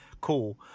Cool